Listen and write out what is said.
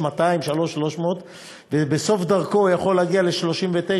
3,200,3,300 ובסוף דרכו הוא יכול להגיע ל-39,